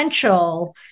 potential